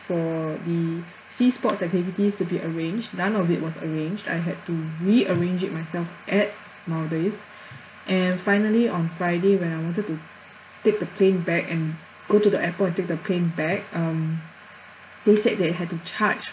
for the sea sports activities to be arranged none of it was arranged I had to rearrange it myself at maldives and finally on friday when I wanted to take the plane back and go to the airport and take the plane back um they said they had to charge